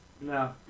No